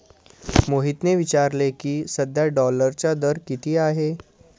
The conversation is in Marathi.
मोहितने विचारले की, सध्या डॉलरचा दर किती आहे?